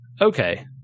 Okay